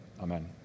Amen